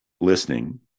listening